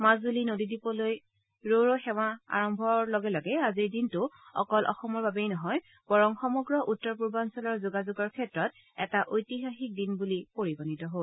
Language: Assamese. মাজুলী নদ্বীদীপলৈ ৰ' ৰ' সেৱা আৰম্ভৰ লগে লগে আজিৰ দিনটো অকল অসমৰ বাবেই নহয় বৰং সমগ্ৰ উত্তৰ পূৰ্বাঞ্চলৰ যোগাযোগৰ ক্ষেত্ৰত এটা ঐতিহাসিক দিন বুলি পৰিগণিত হ'ল